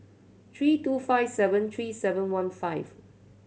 three two five seven three seven one five